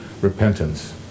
repentance